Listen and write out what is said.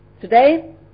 Today